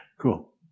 Cool